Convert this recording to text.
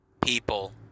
people